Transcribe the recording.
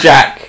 Jack